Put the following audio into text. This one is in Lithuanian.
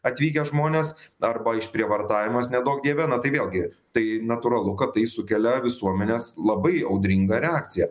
atvykę žmonės arba išprievartavimas neduok dieve na tai vėlgi tai natūralu kad tai sukelia visuomenės labai audringą reakciją